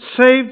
saved